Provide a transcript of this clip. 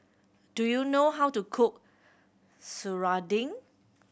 do you know how to cook serunding